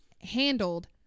handled